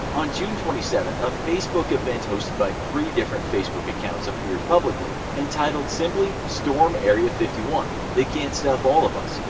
on june twenty seventh a facebook event hosted by three different facebook accounts appeared publicly, entitled simply storm area fifty one, they can't stop all of us.